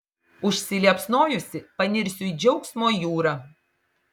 užsiliepsnojusi panirsiu į džiaugsmo jūrą